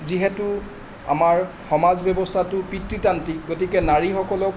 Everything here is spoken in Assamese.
যিহেতু আমাৰ সমাজ ব্যৱস্থাতো পিতৃতান্ত্ৰিক গতিকে নাৰীসকলক